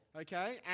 Okay